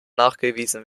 nachgewiesen